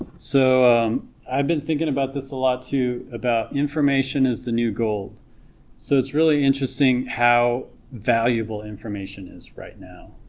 so i've been thinking about this a lot too about how information is the new gold so it's really interesting how valuable information is right now